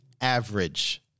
average